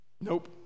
Nope